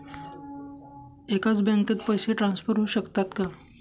एकाच बँकेत पैसे ट्रान्सफर होऊ शकतात का?